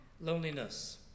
loneliness